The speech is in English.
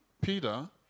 Peter